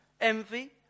envy